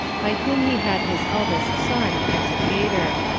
by whom he had his eldest son antipater.